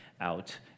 out